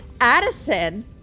Addison